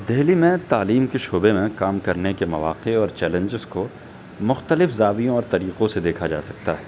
دہلی میں تعلیم کے شعبے میں کام کرنے کے مواقع اور چیلنجیز کو مختلف زاویوں اور طریقوں سے دیکھا جا سکتا ہے